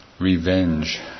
revenge